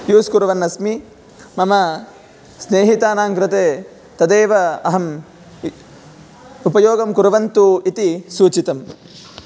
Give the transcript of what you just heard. use कुर्वन्नस्मि मम स्नेहितानां कृते तदेव अहं इ उपयोगं कुर्वन्तु इति सूचितं